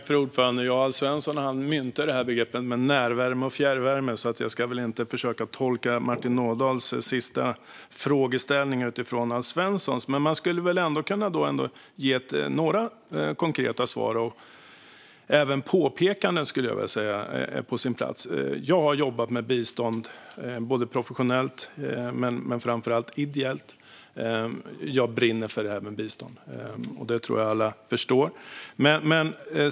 Fru talman! Alf Svensson myntade begreppet närvärme och fjärrvärme. Jag ska väl inte försöka tolka Martin Ådahls sista fråga utifrån Alf Svensson, men jag skulle ändå kunna ge några konkreta svar. Även påpekanden skulle jag vilja säga är på sin plats. Jag har jobbat med bistånd både professionellt och framför allt ideellt. Jag brinner för det här med bistånd, och det tror jag att alla förstår.